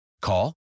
Call